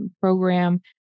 program